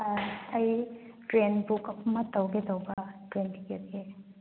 ꯑꯩ train book ꯑꯃ ꯇꯧꯒꯦ ꯇꯧꯕ ꯇ꯭ꯔꯦꯟ ꯇꯤꯀꯦꯠꯀꯤ